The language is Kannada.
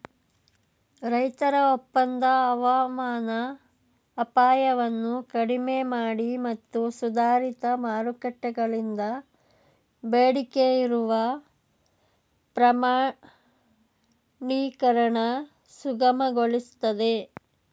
ರೈತರ ಒಪ್ಪಂದ ಹವಾಮಾನ ಅಪಾಯವನ್ನು ಕಡಿಮೆಮಾಡಿ ಮತ್ತು ಸುಧಾರಿತ ಮಾರುಕಟ್ಟೆಗಳಿಂದ ಬೇಡಿಕೆಯಿರುವ ಪ್ರಮಾಣೀಕರಣ ಸುಗಮಗೊಳಿಸ್ತದೆ